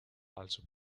also